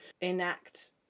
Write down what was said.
enact